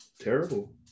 Terrible